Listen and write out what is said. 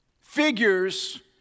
figures